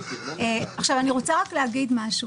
פה אני צריכה להקדים ולומר,